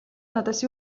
надаас